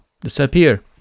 disappear